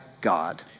God